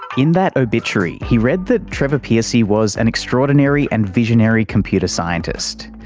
in that obituary he read that trevor pearcey was an extraordinary and visionary computer scientist.